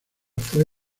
fue